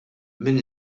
minn